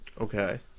Okay